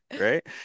Right